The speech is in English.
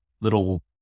little